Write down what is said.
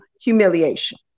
humiliation